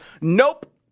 Nope